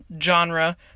Genre